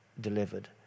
delivered